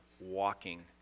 walking